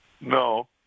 No